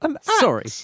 sorry